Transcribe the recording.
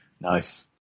Nice